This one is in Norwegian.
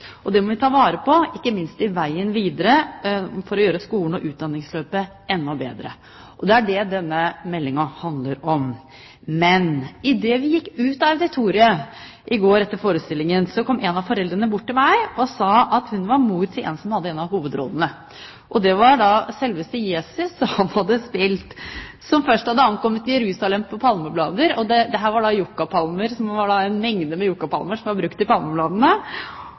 og det må vi ta vare på, ikke minst på veien videre for å gjøre skolen og utdanningsløpet enda bedre. Det er det denne meldingen handler om. Men idet vi gikk ut av auditoriet i går etter forestillingen, kom en av foreldrene bort til meg og sa at hun var mor til en av dem som hadde hovedrollene. Det var selveste Jesus han hadde spilt, som først hadde ankommet Jerusalem på palmeblader – og det var da en mengde yuccapalmer som var brukt som palmeblader. Det endte jo tragisk med korsfestelsen. Men moren sa til meg: Vi er så godt fornøyd med den nye læreren. I